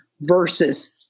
Versus